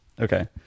Okay